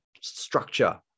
structure